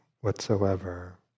whatsoever